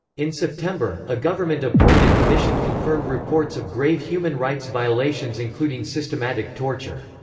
in september, a government appointed commission confirmed reports of grave human rights violations including systematic torture.